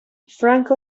franco